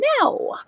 now